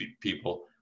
people